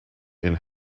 and